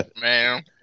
man